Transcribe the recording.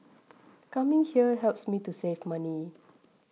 coming here helps me to save money